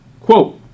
Quote